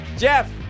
Jeff